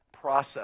process